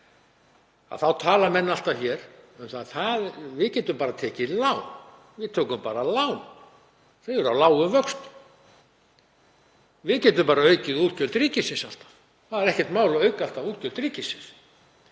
Þá segja menn alltaf: Við getum bara tekið lán, við tökum bara lán, þau eru á lágum vöxtum, við getum bara aukið útgjöld ríkisins, alltaf. Það er ekkert mál að auka útgjöld ríkisins.